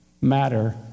matter